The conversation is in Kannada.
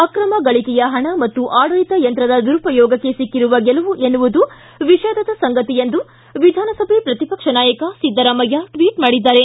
ಆಕ್ರಮ ಗಳಿಕೆಯ ಪಣ ಮತ್ತು ಆಡಳಿತ ಯಂತ್ರದ ದುರುಪಯೋಗಕ್ಕೆ ಸಿಕ್ಕಿರುವ ಗೆಲುವು ಎನ್ನುವುದು ವಿಷಾದದ ಸಂಗತಿ ಎಂದು ವಿಧಾನಸಭೆ ಪ್ರತಿಪಕ್ಷ ನಾಯಕ ಸಿದ್ದರಾಮಯ್ಕ ಟ್ವಿಟ್ ಮಾಡಿದ್ದಾರೆ